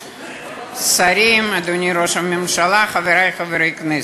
של חברת הכנסת סופה לנדבר וקבוצת חברי כנסת.